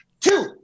Two